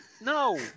No